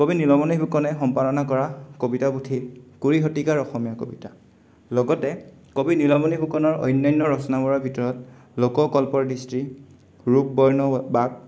কবি নীলমণি ফুকনে সম্পাদনা কৰা কবিতা পুথি কুৰি শতিকাৰ অসমীয়া কবিতা লগতে কবি নীলমণি ফুকনৰ অন্যান্য ৰচনাবোৰৰ ভিতৰত লোককল্পৰ দৃষ্টি ৰূপ বৰ্ণ বাক